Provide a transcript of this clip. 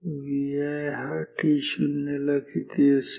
Vi हा t0 ला किती असेल